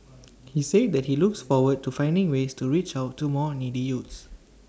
he said that he looks forward to finding ways to reach out to more needy youths